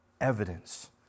evidence